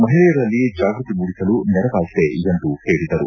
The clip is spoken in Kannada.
ಮಹಿಳೆಯರಲ್ಲಿ ಜಾಗೃತಿ ಮೂಡಿಸಲು ನೆರವಾಗಿದೆ ಎಂದು ಹೇಳಿದರು